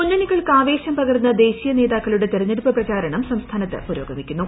മുന്നണികൾക്ക് ആവേശം പകർന്ന് ദേശീയ ന് നേതാക്കളുടെ തെരഞ്ഞെട്ടുപ്പ് പ്രചാരണം സംസ്ഥാനത്ത് പുരോഗമിക്കുന്നു